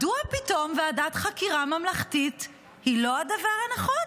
מדוע פתאום ועדת חקירה ממלכתית היא לא הדבר הנכון?